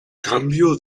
cambio